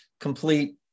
complete